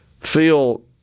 feel